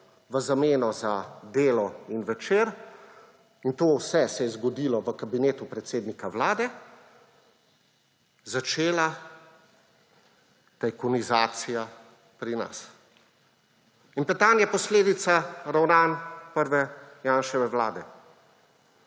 v zameno za Delo in Večer, in to vse se je zgodilo v kabinetu predsednika Vlade, začela tajkunizacija pri nas. In Petan je posledica ravnanj prve Janševe vlade.